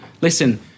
listen